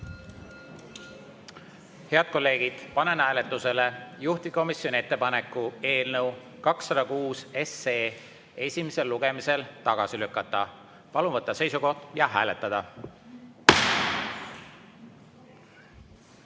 kolleegid, panen hääletusele juhtivkomisjoni ettepaneku eelnõu 206 esimesel lugemisel tagasi lükata. Palun võtta seisukoht ja hääletada!